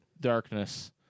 darkness